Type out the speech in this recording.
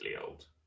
old